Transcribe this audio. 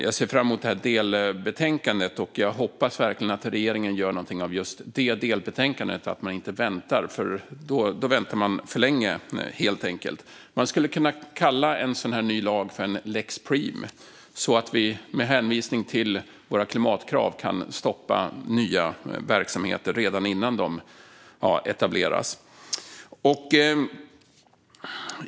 Jag ser fram emot delbetänkandet, och jag hoppas verkligen att regeringen gör någonting av just det delbetänkandet och inte väntar, för då väntar man för länge. Man skulle kunna kalla en ny sådan här lag för lex Preem och med en sådan kunna stoppa nya verksamheter redan innan de etableras med hänvisning till våra klimatkrav.